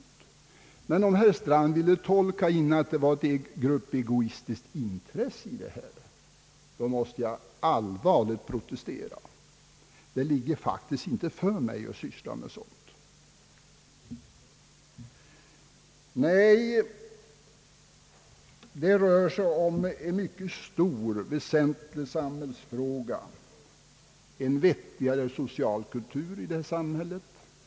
Men om herr Strand vill tolka in att det här från vår sida skulle vara fråga om ett gruppegoistiskt intresse, måste jag allvarligt protestera — det ligger faktiskt inte för mig att syssla med sådant. Nej, det rör sig här om en mycket stor och viktig samhällsfråga, nämligen om en vettigare social rättvisa i detta samhälle.